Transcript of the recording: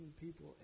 people